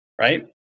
right